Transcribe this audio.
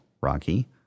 Rocky